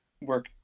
work